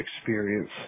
experience